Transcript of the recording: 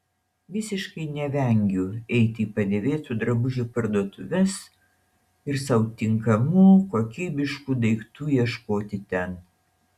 visiškai nevengiu eiti į padėvėtų drabužių parduotuves ir sau tinkamų kokybiškų daiktų ieškoti ten